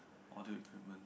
audio equipment